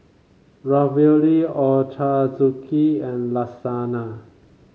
Ravioli Ochazuke and Lasagna